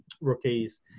rookies